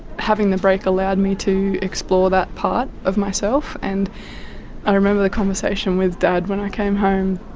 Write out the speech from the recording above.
having the break allowed me to explore that part of myself. and i remember the conversation with dad when i came home,